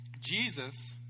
Jesus